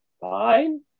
fine